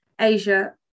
Asia